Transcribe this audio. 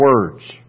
words